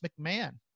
McMahon